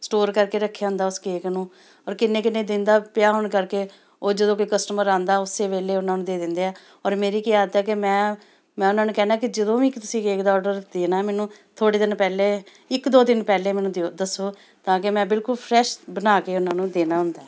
store ਕਰਕੇ ਰੱਖਿਆ ਹੁੰਦਾ ਉਸ ਕੇਕ ਨੂੰ ਔਰ ਕਿੰਨੇ ਕਿੰਨੇ ਦਿਨ ਦਾ ਪਿਆ ਹੋਣ ਕਰਕੇ ਉਹ ਜਦੋਂ ਕੋਈ ਕਸਟਮਰ ਆਉਂਦਾ ਉਸੇ ਵੇਲੇ ਉਹਨਾਂ ਨੂੰ ਦੇ ਦਿੰਦੇ ਆ ਔਰ ਮੇਰੀ ਕੀ ਆਦਤ ਹੈ ਕਿ ਮੈਂ ਮੈਂ ਉਹਨਾਂ ਨੂੰ ਕਹਿਣਾ ਕਿ ਜਦੋਂ ਵੀ ਤੁਸੀਂ ਕੇਕ ਦਾ ਔਡਰ ਦੇਣਾ ਮੈਨੂੰ ਥੋੜ੍ਹੇ ਦਿਨ ਪਹਿਲੇ ਇੱਕ ਦੋ ਦਿਨ ਪਹਿਲੇ ਮੈਨੂੰ ਦਿਓ ਦੱਸੋ ਤਾਂ ਕਿ ਮੈਂ ਬਿਲਕੁਲ ਫਰੈਸ਼ ਬਣਾ ਕੇ ਉਹਨਾਂ ਨੂੰ ਦੇਣਾ ਹੁੰਦਾ